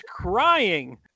crying